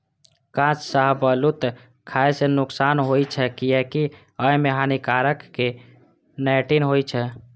कांच शाहबलूत खाय सं नुकसान होइ छै, कियैकि अय मे हानिकारक टैनिन होइ छै